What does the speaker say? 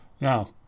Now